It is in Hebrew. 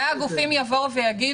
זה הגופים יבואו ויגידו.